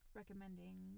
recommending